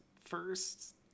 first